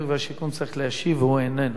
והוא איננו.